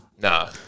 Nah